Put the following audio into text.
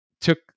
took